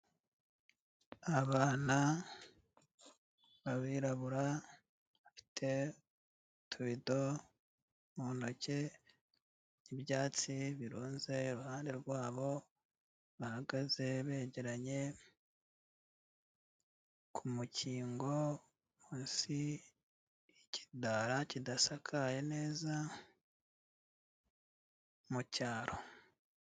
Abana b'abirabura, bafite utubido mu ntoki, ibyatsi birunze iruhande rwabo, bahagaze begeranye, ku mukingo hasi ikidara kidasakaye neza, mu cyaro.